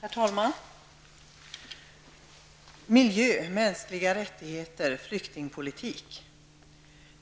Herr talman! Miljö -- Mänskliga rättigheter -- Flyktingpolitik.